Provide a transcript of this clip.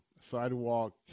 sidewalk